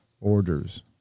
orders